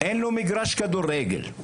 אין לו מגרש כדורגל.